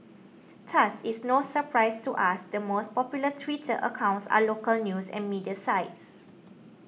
thus it's no surprise to us the most popular Twitter accounts are local news and media sites